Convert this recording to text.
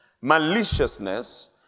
maliciousness